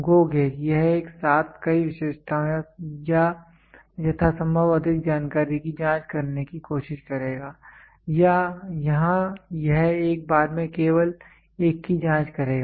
GO gauge यह एक साथ कई विशेषताओं या यथासंभव अधिक जानकारी की जांच करने की कोशिश करेगा यहां यह एक बार में केवल एक की जांच करेगा